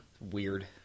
Weird